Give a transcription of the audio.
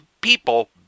people